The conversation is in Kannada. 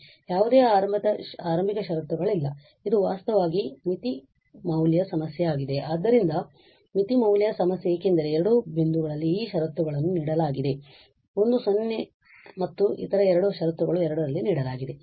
ಕ್ಷಮಿಸಿ ಯಾವುದೇ ಆರಂಭಿಕ ಷರತ್ತುಗಳಿಲ್ಲ ಇದು ವಾಸ್ತವವಾಗಿ ಮಿತಿ ಮೌಲ್ಯ ಸಮಸ್ಯೆಯಾಗಿದೆ ಆದ್ದರಿಂದ ಮಿತಿ ಮೌಲ್ಯ ಸಮಸ್ಯೆ ಏಕೆಂದರೆ ಎರಡು ಬಿಂದುಗಳಲ್ಲಿ ಈ ಷರತ್ತುಗಳನ್ನು ನೀಡಲಾಗಿದೆ ಒಂದು 0 ರಲ್ಲಿದೆ ಮತ್ತು ಇತರ ಎರಡು ಷರತ್ತುಗಳನ್ನು 2 ರಲ್ಲಿ ನೀಡಲಾಗಿದೆ